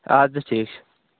اَدٕ سا ٹھیٖک چھُ